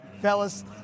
fellas